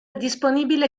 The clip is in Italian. disponibile